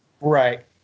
Right